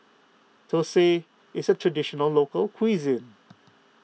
Thosai is a Traditional Local Cuisine